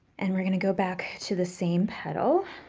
and we're going to go back to the same petal